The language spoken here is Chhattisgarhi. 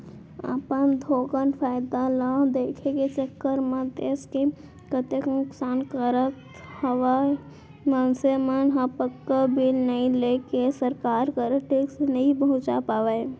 अपन थोकन फायदा ल देखे के चक्कर म देस के कतेक नुकसान करत हवय मनसे मन ह पक्का बिल नइ लेके सरकार करा टेक्स नइ पहुंचा पावय